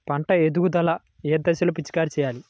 పంట ఎదుగుదల ఏ దశలో పిచికారీ చేయాలి?